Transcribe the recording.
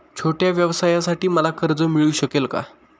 छोट्या व्यवसायासाठी मला कर्ज मिळू शकेल का?